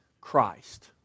Christ